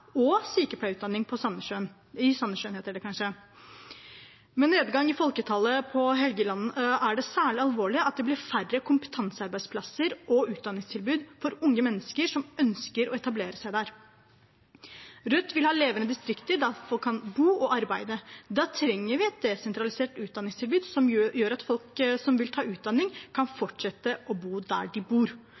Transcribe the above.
og sykepleierutdanning i Sandnessjøen. Med nedgang i folketallet på Helgeland er det særlig alvorlig at det blir færre kompetansearbeidsplasser og utdanningstilbud for unge mennesker som ønsker å etablere seg der. Rødt vil ha levende distrikter der folk kan bo og arbeide. Da trenger vi et desentralisert utdanningstilbud som gjør at folk som vil ta utdanning, kan fortsette å bo der de bor.